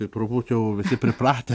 ir turbūt jau visi pripratę